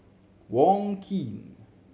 Wong Keen